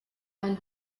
ein